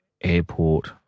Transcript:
Airport